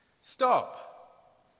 Stop